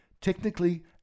Technically